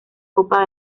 copa